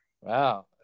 Wow